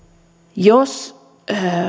jos